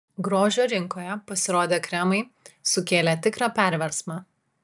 grožio rinkoje pasirodę kremai sukėlė tikrą perversmą